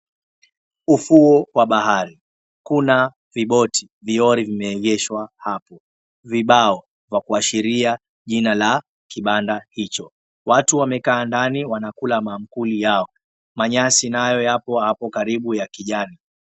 Ufuo wa bahari kuna viboti viori vimeegeeshwa hapo vibao vya kuashiria jina la kibanda hicho. Watu wamekaa ndani wanakula mankuli yao, manyasi nayo yapo hapo karibu ya kijani.